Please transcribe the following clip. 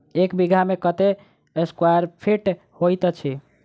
एक बीघा मे कत्ते स्क्वायर फीट होइत अछि?